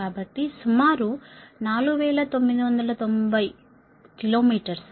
కాబట్టి సుమారు 4990 kilo metres